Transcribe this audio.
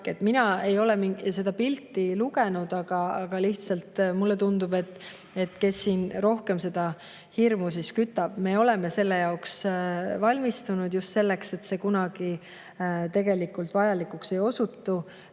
Mina ei ole seda Bildi [artiklit] lugenud, aga lihtsalt, ma [küsin], kes siin rohkem seda hirmu kütab. Me oleme selleks valmistunud, just selleks, et see kunagi tegelikult vajalikuks ei osutu,